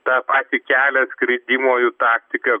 tą patį kelią skridimo jų taktika